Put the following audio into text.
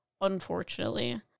unfortunately